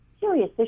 serious